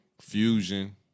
Fusion